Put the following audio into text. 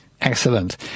Excellent